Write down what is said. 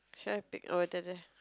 try to pick our attended